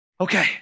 okay